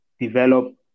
develop